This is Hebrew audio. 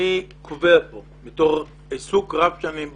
אני קובע כאן אחרי עיסוק רב שנים בנושא,